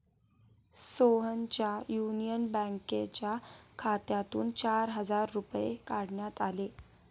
सोहनच्या युनियन बँकेच्या खात्यातून चार हजार रुपये काढण्यात आले